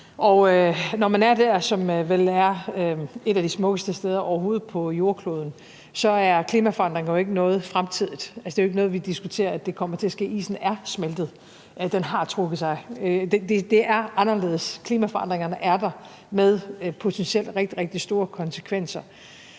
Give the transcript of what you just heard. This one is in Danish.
når man er der, som vel er et af de smukkeste steder overhovedet på jordkloden, så er klimaforandringer jo ikke noget fremtidigt. Det er jo ikke noget, vi diskuterer kommer til at ske. Isen er smeltet, den har trukket sig tilbage. Det er anderledes. Klimaforandringerne er der med potentielt rigtig, rigtig store konsekvenser.